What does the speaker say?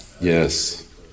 Yes